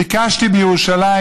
ביקשתי בירושלים,